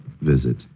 visit